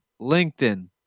LinkedIn